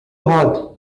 hot